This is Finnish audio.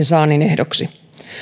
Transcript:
saannin ehdoksi